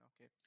Okay